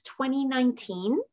2019